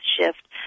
shift